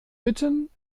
bitten